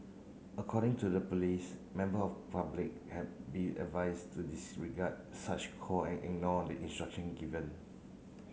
according to the police member of public have be advised to disregard such call and ignore the instruction given